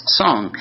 song